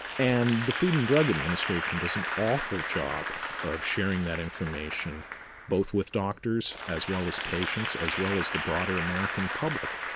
and the food and drug administration does an awful job of sharing that information both with doctors as well as patients, as well as the broader american public.